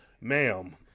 ma'am